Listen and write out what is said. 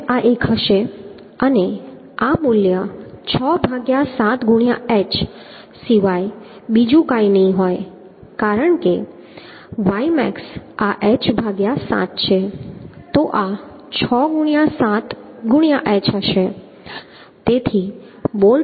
આ ymax આ એક હશે અને આ મૂલ્ય 6 ભાગ્યા 7 ગુણ્યાં h સિવાય બીજું કંઈ નહીં હોય કારણ કે ymax આ h ભાગ્યા 7 છે તો આ 6 ગુણ્યાં 7 ગુણ્યાં h હશે